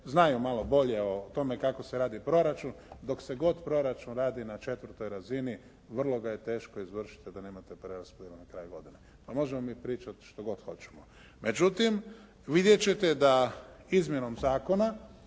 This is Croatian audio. znaju malo bolje o tome kako se radi proračun, dok se god radi proračun na četvrtoj razini, vrlo ga je teško izvršiti a da nemate preraspodjelu na …/Govornik se ne razumije./ … pa možemo mi pričati što god hoćemo. Međutim, vidjet ćete da izmjenom zakona